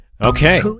Okay